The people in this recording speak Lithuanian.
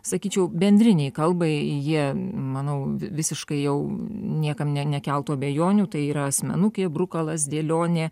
sakyčiau bendrinei kalbai jie manau visiškai jau niekam ne nekeltų abejonių tai yra asmenukė brukalas dėlionė